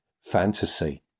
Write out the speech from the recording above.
fantasy